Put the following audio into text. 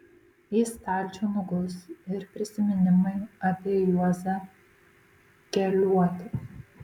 į stalčių nuguls ir prisiminimai apie juozą keliuotį